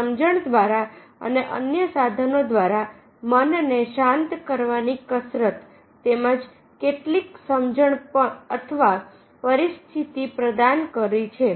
અને સમજણ દ્વારા અને અન્ય સાધનો દ્વારા મનને શાંત કરવાની કસરત તેમજ કેટલીક સમજણ અથવા પરિસ્થિતિ પ્રદાન કરી છે